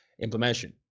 implementation